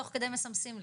תוך כדי מסמסים לי.